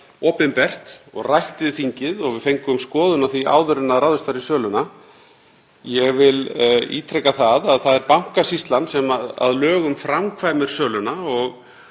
opinbert og var rætt við þingið, og við fengum skoðun á því áður en ráðist var í söluna. Ég vil ítreka að það er Bankasýslan sem að lögum framkvæmir söluna og